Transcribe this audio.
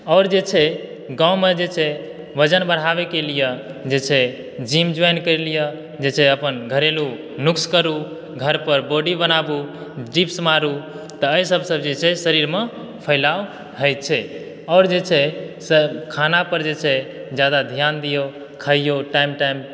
आओर जे छै गाँवमे जे छै वजन बढ़ाबै के लिए जे छै जिम जोईन करि लीअ जे छै अपन घरेलू नुक़्स करूँ घर पर बॉडी बनाबू डीप्स मारू एहि सबसे जे छै शरीर मे फैलाव होइ छै आओर जे छै से खाना पर जे छै ज़ादा ध्यान दियौ खइयो टाइम टाइम